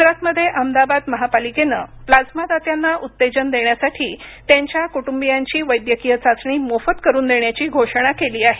गुजरातमध्ये अहमदाबाद महापालिकेनं प्लाझ्मा दात्यांना उत्तेजन देण्यासाठी त्यांच्या कुटुंबियांची वैद्यकीय चाचणी मोफत करून देण्याची घोषणा केली आहे